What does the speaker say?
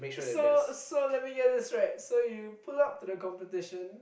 so so let me get this right so you pull up to the competition